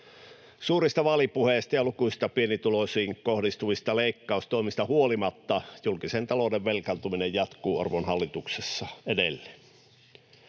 Suurista vaalipuheista ja lukuisista pienituloisiin kohdistuvista leikkaustoimista huolimatta julkisen talouden velkaantuminen jatkuu arvon hallituksessa edelleen.